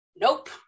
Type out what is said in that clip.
Nope